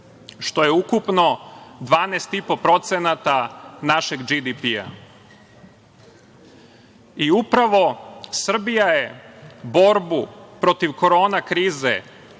što je ukupno 12,5% našeg BDP.Upravo Srbija je borbu protiv Korona krize, ovako